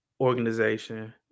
organization